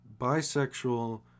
bisexual